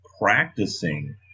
practicing